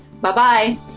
bye-bye